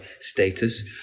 status